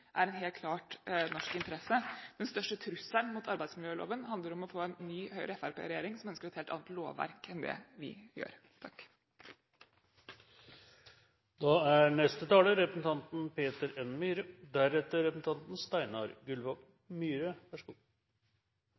er en helt klar norsk interesse. Den største trusselen mot arbeidsmiljøloven handler om å få en ny Høyre–Fremskrittsparti-regjering som ønsker et helt annet lovverk enn det vi gjør.